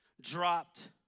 dropped